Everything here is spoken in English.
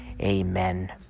Amen